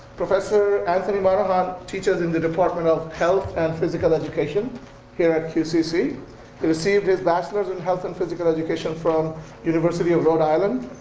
professor anthony monohan teaches in the department of health and physical education here at qcc. he received he received his bachelor's in health and physical education from university of rhode island,